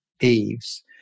eaves